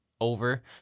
over